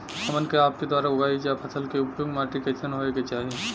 हमन के आपके द्वारा उगाई जा रही फसल के लिए उपयुक्त माटी कईसन होय के चाहीं?